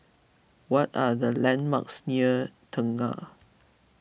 what are the landmarks near Tengah